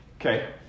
Okay